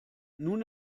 nun